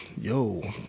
yo